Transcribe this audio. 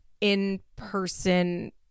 in-person